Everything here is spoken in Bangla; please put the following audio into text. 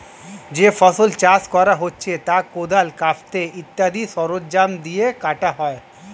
যে ফসল চাষ করা হচ্ছে তা কোদাল, কাস্তে ইত্যাদি সরঞ্জাম দিয়ে কাটা হয়